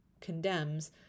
condemns